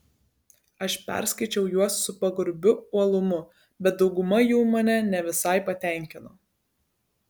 aš perskaičiau juos su pagarbiu uolumu bet dauguma jų mane ne visai patenkino